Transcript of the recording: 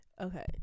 Okay